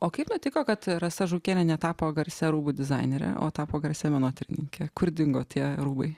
o kaip nutiko kad rasa žukienė netapo garsia rūbų dizainere o tapo garsia menotyrininke kur dingo tie rūbai